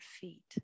feet